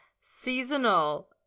seasonal